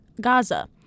Gaza